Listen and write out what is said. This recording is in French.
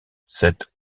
cette